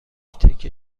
تکه